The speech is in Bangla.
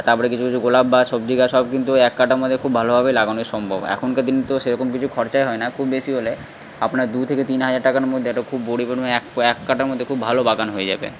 তারপরে কিছু কিছু গোলাপ বা সবজি গাছ সব কিন্তু এক কাটার মধ্যে খুব ভালোভাবে লাগানো সম্ভব এখনকার দিনে তো সেরকম কিছু খরচাই হয় না খুব বেশি হলে আপনার দু থেকে তিন হাজার টাকার মধ্যে একটা খুব বড়ি পরিমাণ এক এক কাটার মধ্যে খুব ভালো বাগান হয়ে যাবে